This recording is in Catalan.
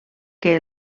que